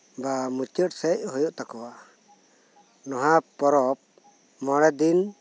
ᱵᱟ ᱢᱩᱪᱟᱹᱫ ᱥᱮᱡ ᱦᱩᱭᱩᱜ ᱛᱟᱠᱩᱣᱟ ᱱᱚᱣᱟ ᱯᱚᱨᱚᱵ ᱢᱚᱲᱮ ᱫᱤᱱ